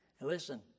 Listen